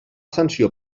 sanció